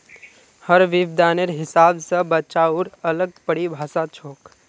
हर विद्वानेर हिसाब स बचाउर अलग परिभाषा छोक